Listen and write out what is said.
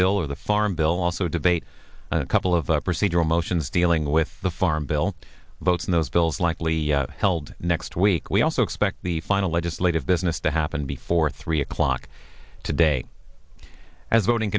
bill or the farm bill also debate a couple of the procedural motions dealing with the farm bill votes in those bills likely held next week we also expect the final legislative business to happen before three o'clock today as voting